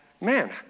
man